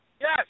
Yes